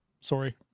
Sorry